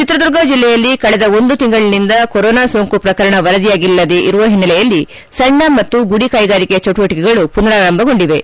ಚಿತ್ರದುರ್ಗ ಜಿಲ್ಲೆಯಲ್ಲಿ ಕಳೆದ ಒಂದು ತಿಂಗಳನಿಂದ ಕೊರೋನಾ ಸೋಂಕು ಪ್ರಕರಣ ವರದಿಯಾಗಿಲ್ಲದೇ ಇರುವ ಹಿನ್ನೆಲೆಯಲ್ಲಿ ಸಣ್ಣ ಮತ್ತು ಗುಡಿ ಕೈಗಾರಿಕೆ ಚಟುವಟಕೆಗಳು ಪುನಾರಾರಂಭಗೊಂಡಿವೆ